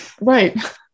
Right